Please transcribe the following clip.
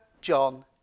John